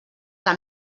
que